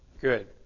good